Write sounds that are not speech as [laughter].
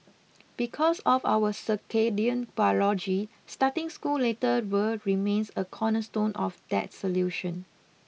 because of our circadian biology starting school later [unintelligible] remains a cornerstone of that solution